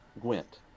gwent